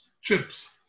chips